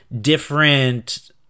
different